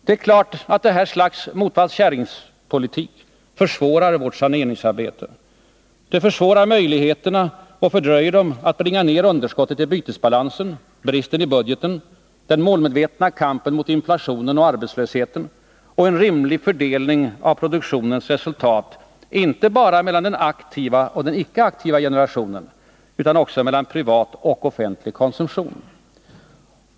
Det är klart att detta slags Motvalls-käring-politik försvårar vårt saneringsarbete. Det försvårar och fördröjer när det gäller möjligheterna att bringa ned underskottet i bytesbalansen, bristen i budgeten, den målmedvetna kampen mot inflation och arbetslöshet och en rimlig fördelning av produktionens resultat, inte bara mellan den aktiva och den icke-aktiva generationen utan också mellan privat och offentlig konsumtion.